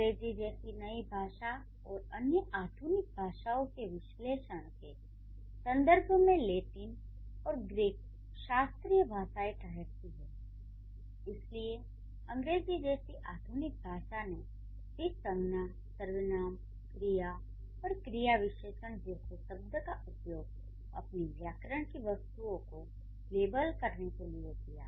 अंग्रेजी जैसी नई भाषाओं और अन्य आधुनिक भाषाओं के विश्लेषण के संदर्भ में लैटिन और ग्रीक शास्त्रीय भाषाएँ ठहरती हैं इसलिए अंग्रेजी जैसी आधुनिक भाषा ने भी संज्ञा सर्वनाम क्रिया और क्रिया विशेषण जैसे शब्दों का उपयोग अपनी व्याकरण की वस्तुओं को लेबल करने के लिए किया